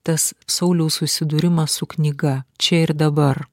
tas sauliaus susidūrimas su knyga čia ir dabar